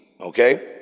Okay